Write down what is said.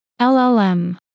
LLM